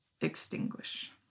extinguish